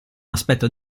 aspetto